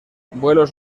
vuelos